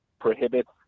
prohibits